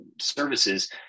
services